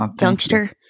youngster